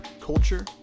Culture